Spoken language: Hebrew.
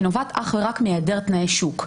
היא נובעת אך ורק מהעדר תנאי שוק.